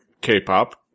K-pop